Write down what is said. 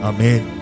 Amen